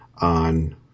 on